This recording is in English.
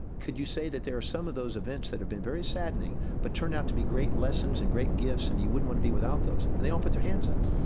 could you say that there are some of those events that have been very saddening but turn out to be great lessons and great gifts and you wouldn't want to be without those? and they all put their hands up.